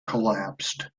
collapsed